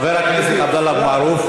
וכמה, חבר הכנסת עבדאללה אבו מערוף.